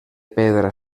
pedra